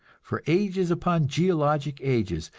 for ages upon geologic ages,